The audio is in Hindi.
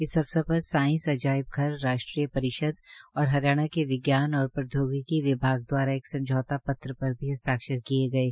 इस अवसर पर साई अजयाबघर राष्ट्रीय परिषद और हरियाणा के विज्ञान और प्रौद्योगिकी विभाग दवारा समझौता पत्र पर भी हस्ताक्षर किये गये